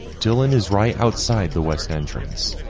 dylan is right outside the west entrance,